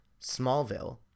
Smallville